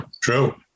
true